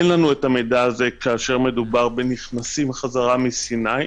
אין לנו את המידע הזה כאשר מדובר בנכנסים חזרה מסיני.